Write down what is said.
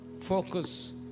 focus